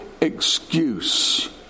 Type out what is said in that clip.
excuse